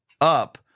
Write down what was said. up